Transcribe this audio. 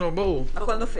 הכול נופל.